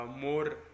more